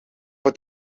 het